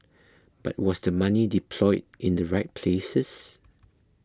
but was the money deployed in the right places